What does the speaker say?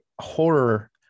horror